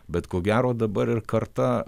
bet ko gero dabar ir karta